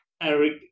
eric